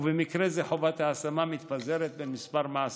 ובמקרה זה חובת ההשמה מתפזרת בין כמה מעסיקים.